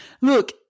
Look